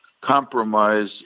compromise